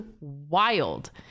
wild